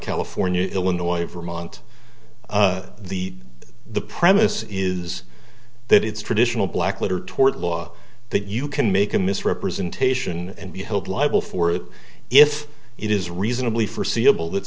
california illinois vermont the the premise is that it's traditional black letter tort law that you can make a misrepresentation and be held liable for it if it is reasonably foreseeable that